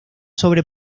sobre